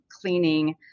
cleaning